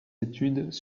études